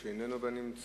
צרצור, שאיננו בנמצא.